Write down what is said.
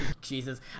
jesus